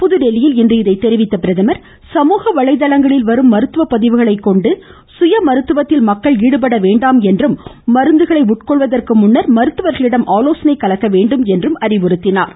புதுதில்லியில் இன்று இதை தெரிவித்த அவர் சமூக வலைதளங்களில் வரும் மருத்துவ பதிவுகளை கொண்டு சுய மருத்துவத்தில் மக்கள் ஈடுபட வேண்டாமென்றும் மருந்துளை உட்அகொள்வதற்கு முன்னர் மருத்துவர்களிடம் ஆலோசனை செய்ய வேண்டுமென்றார்